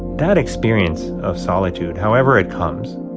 that experience of solitude, however it comes,